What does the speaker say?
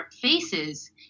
faces